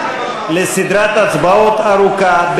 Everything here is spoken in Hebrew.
לסדרת הצבעות ארוכה,